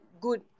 good